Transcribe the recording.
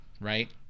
right